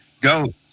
go